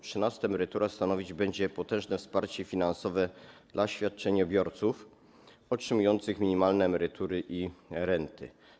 Trzynasta emerytura będzie stanowić potężne wsparcie finansowe dla świadczeniobiorców otrzymujących minimalne emerytury i renty.